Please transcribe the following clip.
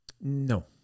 no